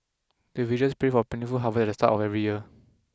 the liftat the start of every year